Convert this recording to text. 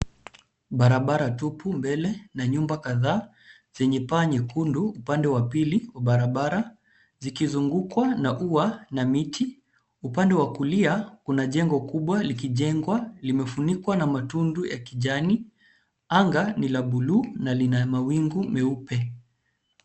Barabara tupu mbele na nyumba kadhaa, zenye paa nyekundu upande wa pili wa barabara, zikizungukwa na ua na miti. Upande wa kulia kuna jengo kubwa likijengwa, limefunikwa na matundu ya kijani. Anga ni la buluu na lina mawingu meupe.